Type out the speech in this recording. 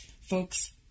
Folks